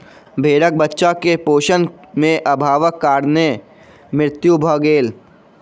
भेड़क बच्चा के पोषण में अभावक कारण मृत्यु भ गेल